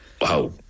Wow